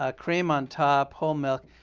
ah cream on top, whole milk.